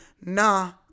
nah